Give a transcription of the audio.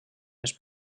més